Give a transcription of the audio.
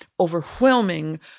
Overwhelming